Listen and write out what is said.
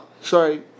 Sorry